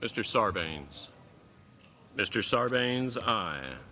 mr sarbanes mr sarbanes